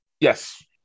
yes